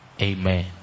Amen